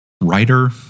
writer